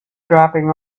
dropping